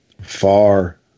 far